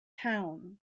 town